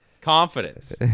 Confidence